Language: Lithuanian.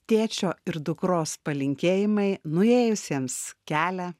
tėčio ir dukros palinkėjimai nuėjusiems kelią